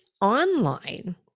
online